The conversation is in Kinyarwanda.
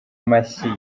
mashyi